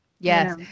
yes